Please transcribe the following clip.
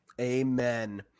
Amen